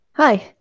Hi